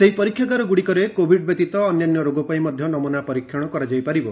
ସେହି ପରୀକ୍ଷାଗାର ଗୁଡ଼ିକରେ କୋଭିଡ୍ ବ୍ୟତୀତ ଅନ୍ୟାନ୍ୟ ରୋଗ ପାଇଁ ମଧ୍ୟ ନମୁନା ପରୀକ୍ଷଣ କରାଯାଇ ପାରିବ